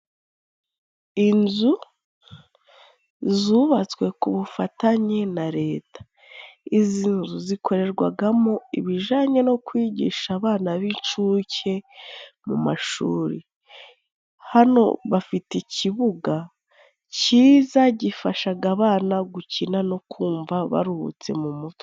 Inzu zubatswe ku bufatanye na leta; izi nzu zikorerwagamo ibijyanye no kwigisha abana b' incuke mu mashuri, hano bafite ikibuga cyiza gifasha abana gukina no kumva baruhutse mu mutwe.